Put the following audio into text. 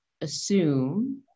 assume